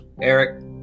Eric